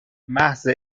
محض